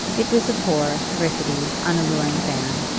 it was a poor, rickety, unalluring bairn,